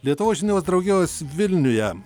lietuvos žinijos draugijos vilniuje